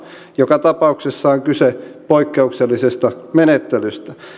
joka tapauksessa on kyse poikkeuksellisesta menettelystä